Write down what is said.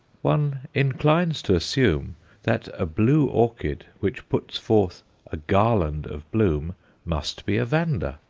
one inclines to assume that a blue orchid which puts forth a garland of bloom must be a vanda.